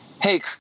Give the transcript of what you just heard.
hey